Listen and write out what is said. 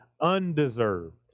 undeserved